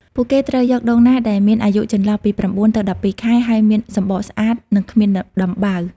ពួកគេត្រូវយកដូងណាដែលមានអាយុចន្លោះពី ៩ ទៅ ១២ ខែ ហើយមានសម្បកស្អាត និងគ្មានដំបៅ។